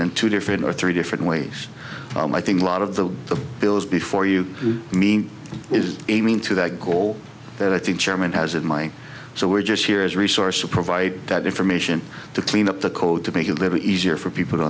than two different or three different ways and i think a lot of the bills before you mean is a means to that goal that i think chairman has in my so we're just here as a resource to provide that information to clean up the code to make a living easier for people to